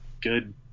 good